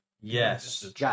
Yes